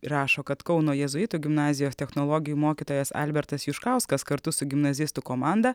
rašo kad kauno jėzuitų gimnazijos technologijų mokytojas albertas juškauskas kartu su gimnazistų komanda